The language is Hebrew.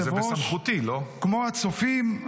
כמו הצופים,